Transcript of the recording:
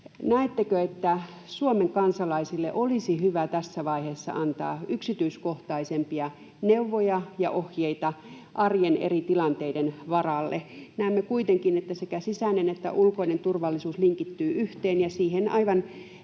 näettekö, että Suomen kansalaisille olisi hyvä tässä vaiheessa antaa yksityiskohtaisempia neuvoja ja ohjeita arjen eri tilanteiden varalle? Näemme kuitenkin, että sekä sisäinen että ulkoinen turvallisuus linkittyvät yhteen, ja siihen aivan